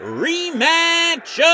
rematch